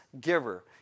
giver